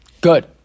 Good